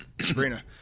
Sabrina